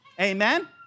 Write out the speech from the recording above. Amen